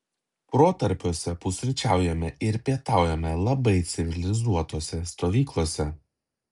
protarpiuose pusryčiaujame ir pietaujame labai civilizuotose stovyklose